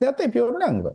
ne taip jau ir lengva